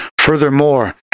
Furthermore